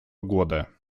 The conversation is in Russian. года